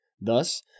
Thus